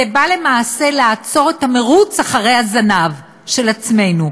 זה בא למעשה לעצור את המירוץ אחרי הזנב של עצמנו,